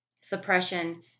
Suppression